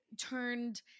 turned